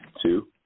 Two